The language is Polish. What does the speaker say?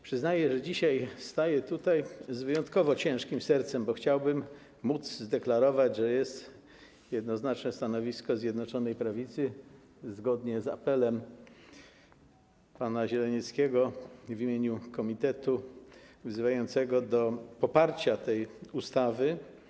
Przyznaję, że dzisiaj staję tutaj z wyjątkowo ciężkim sercem, bo chciałbym móc zadeklarować, że jest jednoznaczne stanowisko Zjednoczonej Prawicy, zgodnie z apelem pana Zielenieckiego w imieniu komitetu wzywającego do poparcia tej ustawy.